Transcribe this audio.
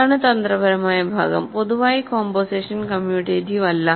ഇതാണ് തന്ത്രപരമായ ഭാഗം പൊതുവായി കോമ്പോസിഷൻ കമ്മ്യൂട്ടേറ്റീവ് അല്ല